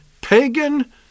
pagan